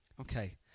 Okay